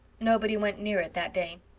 nobody went near it that day.